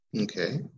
okay